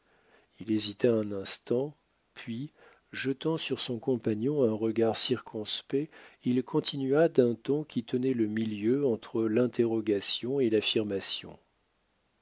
il hésita un instant puis jetant sur son compagnon un regard circonspect il continua d'un ton qui tenait le milieu entre l'interrogation et l'affirmation